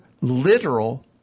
literal